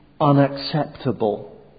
unacceptable